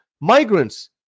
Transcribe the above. migrants